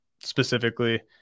specifically